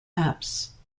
apse